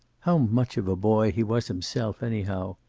how much of a boy he was himself, anyhow!